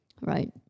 right